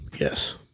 Yes